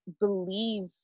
believe